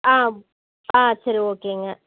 ஆ ஆ சரி ஓகேங்க